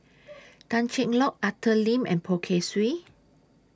Tan Cheng Lock Arthur Lim and Poh Kay Swee